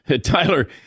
Tyler